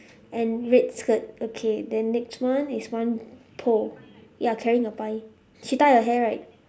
and red skirt okay then next one is one pole ya carrying a pie she tie her hair right